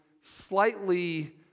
slightly